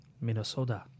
Minnesota